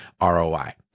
ROI